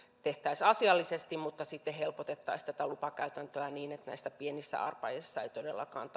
tehtäisiin asiallisesti mutta sitten helpotettaisiin lupakäytäntöä niin että pienissä arpajaisissa ei todellakaan